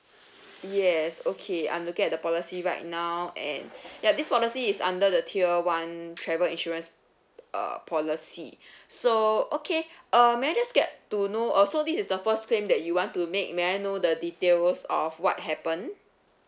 yes okay I'm looking at the policy right now and ya this policy is under the tier one travel insurance uh policy so okay err may I just get to know oh so this is the first thing that you want to make may I know the details of what happen